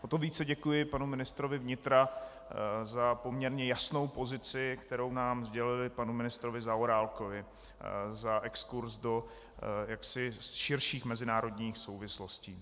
O to více děkuji panu ministrovi vnitra za poměrně jasnou pozici, kterou nám sdělil, panu ministru Zaorálkovi za exkurz do jaksi širších mezinárodních souvislostí.